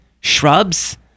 shrubs